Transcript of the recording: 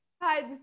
Hi